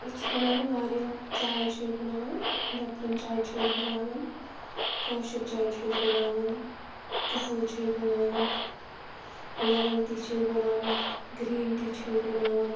أسۍ چھِ بناوان واریاہ چایہِ چھِ أسۍ بناوان لیٚپٹن چاے چھِ أسۍ بناوان کٲشٕر چاے چھِ أسۍ بناوان قٔہوٕ چھِ أسۍ بناوان لیٚمن ٹی چھِ أسۍ بناوان گرٛیٖن ٹی چھِ أسۍ بناوان